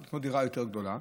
לקנות דירה יותר גדולה,